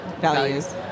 values